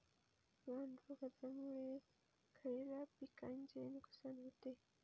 गांडूळ खतामुळे खयल्या पिकांचे नुकसान होते?